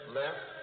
left